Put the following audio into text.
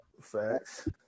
facts